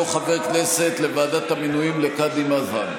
חבר כנסת לוועדת המינויים לקאדים מד'הב.